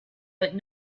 but